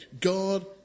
God